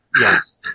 yes